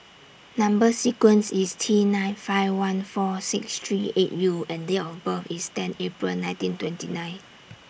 Number sequence IS T nine five one four six three eight U and Date of birth IS ten April nineteen twenty nine